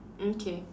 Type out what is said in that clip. mm K